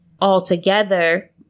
altogether